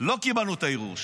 לא קיבלנו את הערעור שלך.